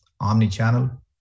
omni-channel